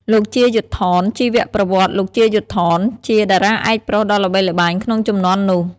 លោក ជា យុទ្ធថន ជីវប្រវត្តិ លោក ជា យុទ្ធថន ជាតារាឯកប្រុសដ៏ល្បីល្បាញក្នុងជំនាន់នោះ។